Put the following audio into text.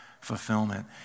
fulfillment